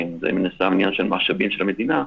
זה מן הסתם עניין של משאבים של המדינה,